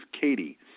Katie